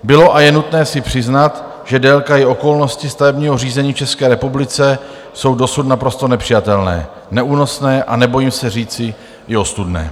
Bylo a je nutné si přiznat, že délka i okolnosti stavebního řízení v České republice jsou dosud naprosto nepřijatelné, neúnosné a nebojím se říci i ostudné.